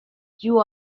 you